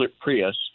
Prius